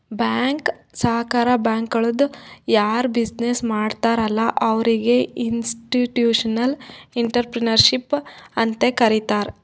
bank, ಸಹಕಾರ ಸಂಘಗಳದು ಯಾರ್ ಬಿಸಿನ್ನೆಸ್ ಮಾಡ್ತಾರ ಅಲ್ಲಾ ಅವ್ರಿಗ ಇನ್ಸ್ಟಿಟ್ಯೂಷನಲ್ ಇಂಟ್ರಪ್ರಿನರ್ಶಿಪ್ ಅಂತೆ ಕರಿತಾರ್